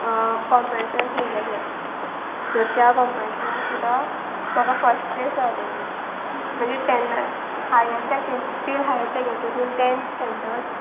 competition थेयलेले so त्या कॉम्पिटिशनाक सुद्दां म्हाका फस्ट प्लेस गावलेली म्हणजे तेन्ना higher secondary till higher secondary till tenth standard